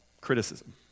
criticism